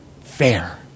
fair